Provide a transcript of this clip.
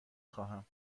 خواهم